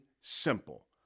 simple